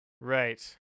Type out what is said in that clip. Right